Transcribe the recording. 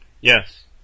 Yes